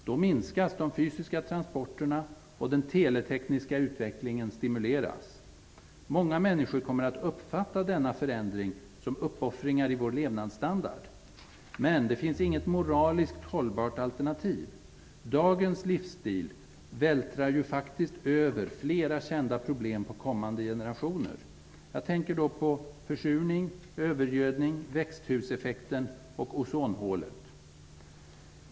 Då minskas de fysiska transporterna, och den teletekniska utvecklingen stimuleras. Många människor kommer att uppfatta denna förändring som uppoffringar i vår levnadsstandard. Men det finns inget moraliskt hållbart alternativ. Dagens livsstil vältrar faktiskt över flera kända problem på kommande generationer. Jag tänker då på försurning, övergödning, växthuseffekten och ozonhålet.